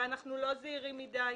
אנחנו לא זהירים מדי.